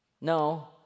No